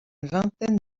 vingtaine